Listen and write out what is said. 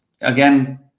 Again